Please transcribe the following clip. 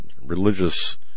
religious